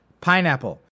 Pineapple